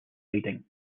riding